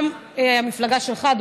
גם המפלגה שלך,